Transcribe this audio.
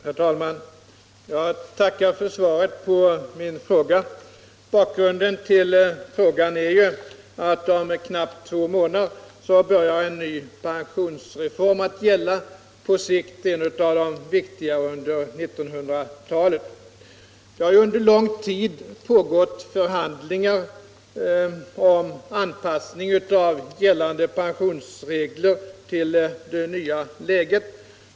Herr talman! Jag tackar för svaret på min fråga. Bakgrunden till frågan är att om knappt två månader börjar en ny pensionsreform att gälla — på sikt en av de viktigare under 1900-talet. Det har under lång tid pågått förhandlingar om anpassning av gällande pensionsregler till det nya läget.